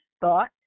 thought